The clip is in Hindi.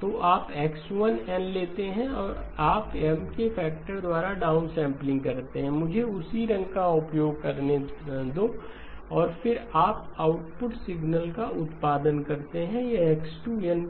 तो आप X1n लेते हैं आप M के फैक्टर द्वारा डाउनसैंपल करते हैं मुझे उसी रंग का उपयोग करने दो और फिर आप आउटपुट सिग्नल का उत्पादन करते हैं यह X2n